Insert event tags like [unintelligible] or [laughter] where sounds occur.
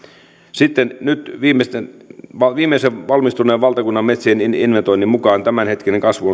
sitten nyt viimeisen viimeisen valmistuneen valtakunnan metsien inventoinnin mukaan tämänhetkinen kasvu [unintelligible]